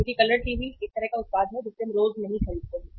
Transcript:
क्योंकि colour TV एक तरह का उत्पाद है जिसे हम रोज नहीं खरीदते हैं